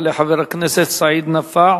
יעלה חבר הכנסת סעיד נפאע,